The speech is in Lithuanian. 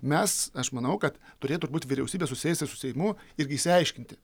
mes aš manau kad turėtų ir būt vyriausybė susėsti su seimu irgi išsiaiškinti